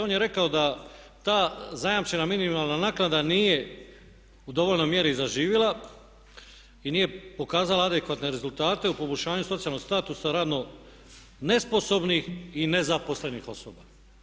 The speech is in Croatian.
On je rekao da ta zajamčena minimalna naknada nije u dovoljnoj mjeri zaživila i nije pokazala adekvatne rezultate u poboljšanju socijalnog statusa radno nesposobnih i ne zaposlenih osoba.